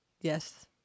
yes